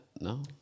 No